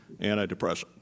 antidepressant